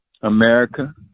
America